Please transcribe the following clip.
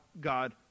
God